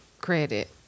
credit